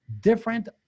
different